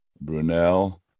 Brunel